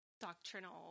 doctrinal